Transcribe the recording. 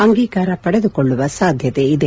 ಅಂಗೀಕಾರ ಪಡೆದುಕೊಳ್ಳುವ ಸಾಧ್ಯತೆ ಇದೆ